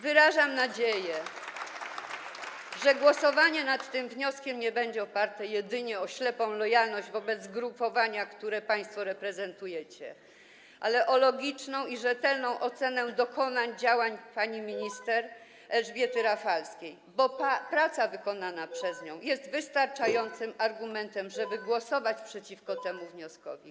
Wyrażam nadzieję, że głosowanie nad tym wnioskiem nie będzie oparte jedynie na ślepej lojalności wobec ugrupowania, które państwo reprezentujecie, ale na logicznej i rzetelnej ocenie dokonań, działań pani minister Elżbiety Rafalskiej, bo praca wykonana przez nią jest wystarczającym argumentem, żeby głosować przeciwko temu wnioskowi.